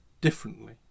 differently